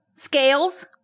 Scales